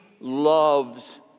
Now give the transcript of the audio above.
loves